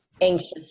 anxious